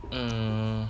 mm